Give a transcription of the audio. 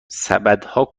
سبدها